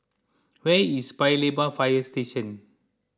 where is Paya Lebar Fire Station